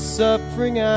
suffering